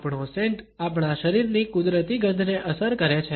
આપણો સેન્ટ આપણા શરીરની કુદરતી ગંધને અસર કરે છે